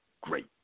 great